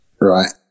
right